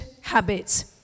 habits